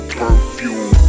perfume